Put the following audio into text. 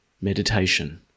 meditation